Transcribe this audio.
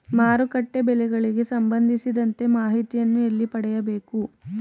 ಮಾರುಕಟ್ಟೆ ಬೆಲೆಗಳಿಗೆ ಸಂಬಂಧಿಸಿದಂತೆ ಮಾಹಿತಿಯನ್ನು ಎಲ್ಲಿ ಪಡೆಯಬೇಕು?